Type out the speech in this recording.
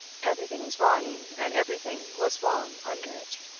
everything was rotten and everything was wrong under it.